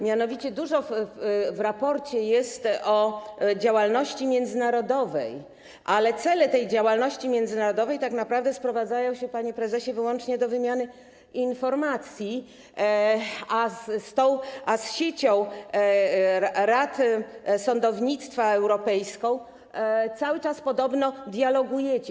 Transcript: Mianowicie dużo w raporcie jest o działalności międzynarodowej, ale cele tej działalności międzynarodowej tak naprawdę sprowadzają się, panie prezesie, wyłącznie do wymiany informacji, a z Europejską Siecią Rad Sądownictwa podobno cały czas dialogujecie.